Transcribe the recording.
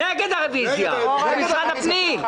נגד הרוויזיה, זה משרד הפנים.